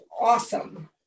Awesome